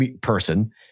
person